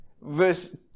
verse